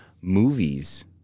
movies